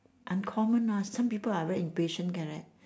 uncommon ah some people are very impatient correct